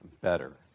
better